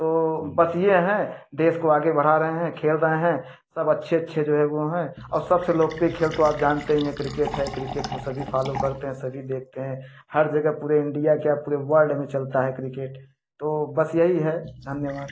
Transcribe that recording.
तो बस ये है देश को आगे बढ़ा रहे हैं खेल रहे हैं सब अच्छे अच्छे जो है वो हैं औ सबसे लोकप्रिय खेल तो आप जानते ही हैं क्रिकेट है क्रिकेट को सभी फॅालो करते हैं सभी देखते हैं हर जगह पूरे इंडिया क्या पूरे वल्ड में चलता है क्रिकेट तो बस यही है धन्यवाद